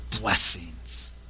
blessings